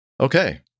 Okay